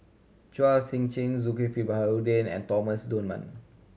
Chua Sian Chin Zulkifli Baharudin and Thomas Dunman